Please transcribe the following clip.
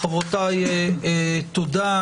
חברותיי, תודה.